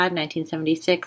1976